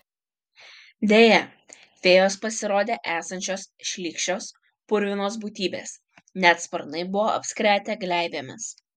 deja fėjos pasirodė esančios šlykščios purvinos būtybės net sparnai buvo apskretę gleivėmis